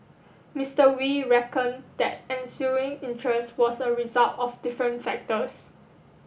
Mister Wee reckoned that ensuing interest was a result of different factors